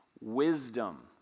wisdom